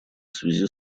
связи